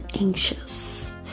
anxious